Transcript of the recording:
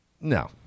no